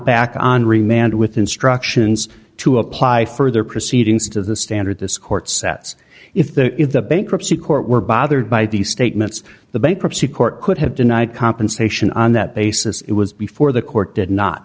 back on remand with instructions to apply further proceedings to the standard this court sets if the if the bankruptcy court were bothered by the statements the bankruptcy court could have denied compensation on that basis it was before the court did not